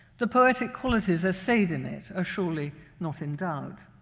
the poetic qualities assayed in it are surely not in doubt.